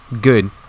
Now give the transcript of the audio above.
good